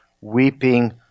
weeping